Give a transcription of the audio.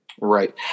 right